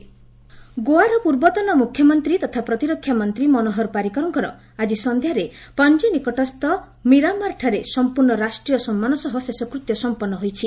Parrikar cremation ଗୋଆର ପୂର୍ବତନ ମୁଖ୍ୟମନ୍ତ୍ରୀ ତଥା ପ୍ରତିରକ୍ଷା ମନ୍ତ୍ରୀ ମନୋହର ପାରିକରଙ୍କର ଆଜି ସନ୍ଧ୍ୟାରେ ପଣଜୀ ନିକଟସ୍ଥ ମୀରାମାର୍ଠାରେ ସମ୍ପର୍ଣ୍ଣ ରାଷ୍ଟ୍ରୀୟ ସମ୍ମାନ ସହ ଶେଷକୃତ୍ୟ ସମ୍ପନ୍ନ ହୋଇଛି